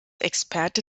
experte